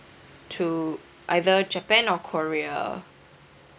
to either japan or korea